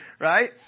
right